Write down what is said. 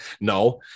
No